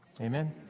Amen